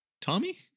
Tommy